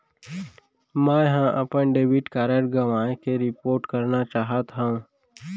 मै हा अपन डेबिट कार्ड गवाएं के रिपोर्ट करना चाहत हव